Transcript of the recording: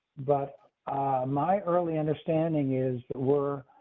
but my early understanding is, we're.